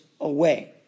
away